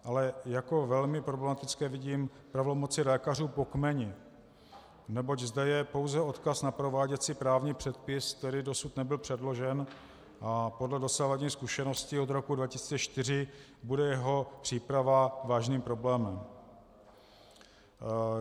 Ale jako velmi problematické vidím pravomoci lékařů po kmeni, neboť zde je pouze odkaz na prováděcí právní předpis, který dosud nebyl předložen, a podle dosavadních zkušeností od roku 2004 bude jeho příprava vážným problémem.